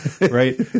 right